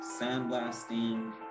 sandblasting